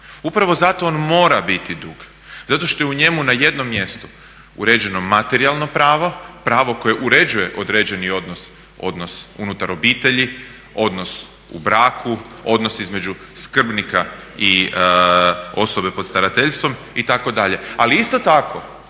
Upravo zato on mora biti dug zato što je u njemu na jednom mjestu uređeno materijalno pravo, pravo koje uređuje određeni odnos unutar obitelji, odnos u braku, odnos između skrbnika o osobe pod starateljstvom itd.. Ali isto tako